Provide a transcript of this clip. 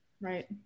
Right